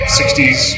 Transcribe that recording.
60's